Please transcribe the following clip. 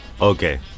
Okay